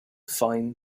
find